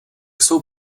jsou